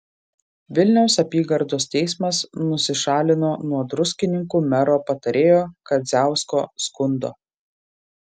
vilniaus apygardos teismas nusišalino nuo druskininkų mero patarėjo kadziausko skundo